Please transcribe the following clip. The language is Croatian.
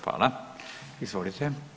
Hvala, izvolite.